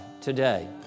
today